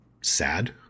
sad